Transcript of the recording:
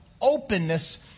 openness